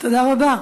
תודה רבה.